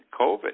COVID